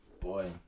Boy